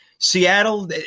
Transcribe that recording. Seattle